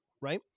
Right